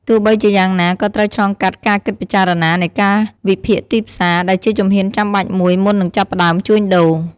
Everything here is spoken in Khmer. ទោះបីជាយ៉ាងណា ក៏ត្រូវឆ្លងកាត់ការគិតពិចារណានៃការវិភាគទីផ្សារ ដែលជាជំហានចាំបាច់មួយមុននឹងចាប់ផ្តើមជួញដូរ។